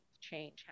change